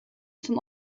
zum